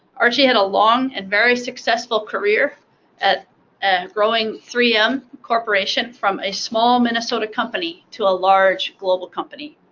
archie had a long and very successful career at growing three m corporation from a small minnesota company to a large global company.